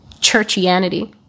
churchianity